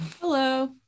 Hello